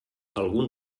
algun